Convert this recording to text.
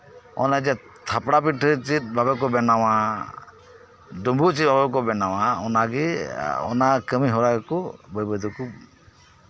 ᱚᱱᱮ ᱡᱮ ᱛᱷᱟᱯᱲᱟ ᱯᱤᱴᱷᱟᱹ ᱪᱮᱫ ᱵᱷᱟᱵᱮ ᱠᱚ ᱵᱮᱱᱟᱣᱟ ᱰᱩᱸᱵᱩᱜ ᱪᱮᱫ ᱵᱷᱟᱵᱮ ᱠᱚ ᱵᱮᱱᱟᱣᱟ ᱚᱱᱟ ᱜᱮ ᱚᱱᱟ ᱠᱟᱹᱢᱤ ᱦᱚᱟ ᱜᱮ ᱠᱚ ᱵᱟᱹᱭᱼᱵᱟᱹᱭ ᱛᱮᱠᱚ